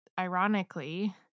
ironically